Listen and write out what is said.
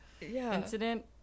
incident